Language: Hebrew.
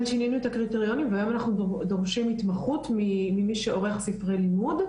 שינינו את הקריטריונים והיום אנחנו דורשים התמחות ממי שעורך ספרי לימוד,